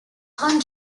han